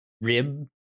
Rib